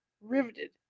Riveted